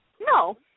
No